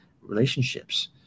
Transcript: relationships